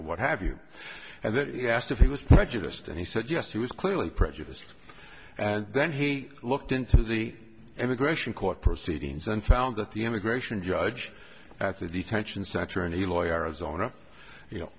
or what have you and then he asked if he was prejudiced and he said yes he was clearly prejudiced and then he looked into the immigration court proceedings and found that the immigration judge at the detention center tourney lawyers o